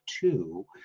two